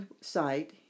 site